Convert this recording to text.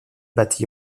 bâti